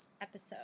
episode